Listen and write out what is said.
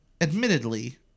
admittedly